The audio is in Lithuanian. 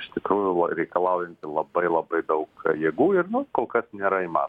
iš tikrųjų la reikalaujanti labai labai daug jėgų ir nu kol kas nėra imanoma